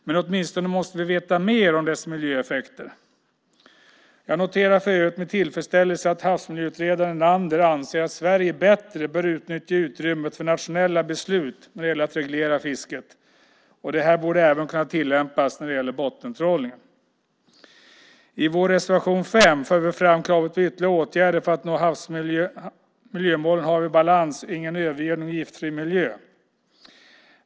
Vi måste åtminstone veta mer om dess miljöeffekter. Jag noterar för övrigt med tillfredsställelse att havsmiljöutredaren Enander anser att Sverige bättre bör utnyttja utrymmet för nationella beslut när det gäller att reglera fisket. Det borde kunna tillämpas även när det gäller bottentrålningen. I vår reservation nr 5 för vi fram kravet på ytterligare åtgärder för att nå miljömålen Hav i balans, Ingen övergödning och Giftfri miljö.